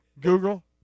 Google